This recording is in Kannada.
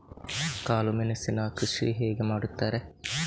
ಕಾಳು ಮೆಣಸಿನ ಕೃಷಿ ಹೇಗೆ ಮಾಡುತ್ತಾರೆ?